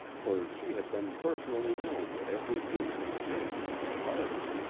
for she had been personally known to every youth and maiden in the party.